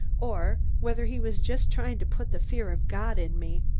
or whether he was just trying to put the fear of god in me.